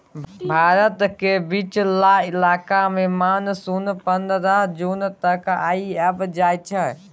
भारत केर बीचला इलाका मे मानसून पनरह जून तक आइब जाइ छै